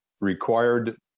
required